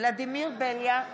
ולדימיר בליאק,